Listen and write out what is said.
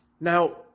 Now